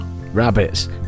rabbits